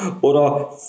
oder